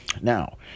Now